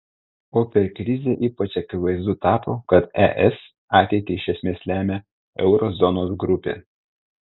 o per krizę ypač akivaizdu tapo kad es ateitį iš esmės lemia euro zonos grupė